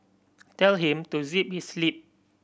tell him to zip his lip